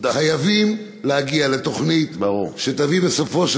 חייבים להגיע לתוכנית שתביא בסופו של